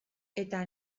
eta